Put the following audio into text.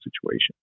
situation